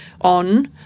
on